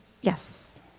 yes